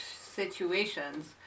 situations